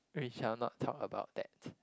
we shall not talk about that